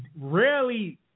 rarely